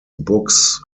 books